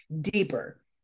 deeper